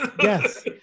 Yes